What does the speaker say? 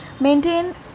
Maintain